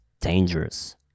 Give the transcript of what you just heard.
dangerous